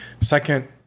Second